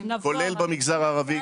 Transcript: כולל במגזר הערבי,